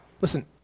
Listen